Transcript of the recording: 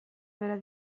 bera